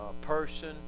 person